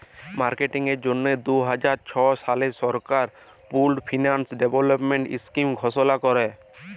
মার্কেটিংয়ের জ্যনহে দু হাজার ছ সালে সরকার পুল্ড ফিল্যাল্স ডেভেলপমেল্ট ইস্কিম ঘষলা ক্যরে